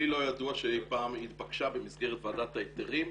לי לא ידוע שאי פעם התבקשה במסגרת ועדת ההיתרים,